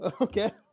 okay